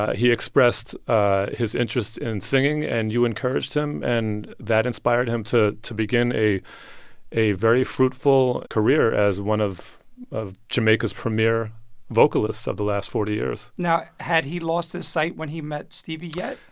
ah he expressed ah his interest in singing, and you encouraged him. and that inspired him to to begin a a very fruitful career as one of of jamaica's premier vocalists of the last forty years now, had he lost his sight when he met stevie yet?